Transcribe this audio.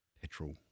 petrol